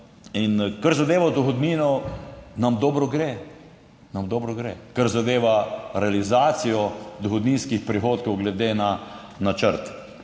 In kar zadeva dohodnino nam dobro gre, nam dobro gre, kar zadeva realizacijo dohodninskih prihodkov glede na načrt.